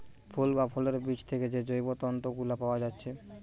ফুল বা ফলের বীজ থিকে যে জৈব তন্তু গুলা পায়া যাচ্ছে